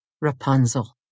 Rapunzel